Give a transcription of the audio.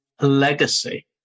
Legacy